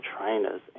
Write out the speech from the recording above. trainers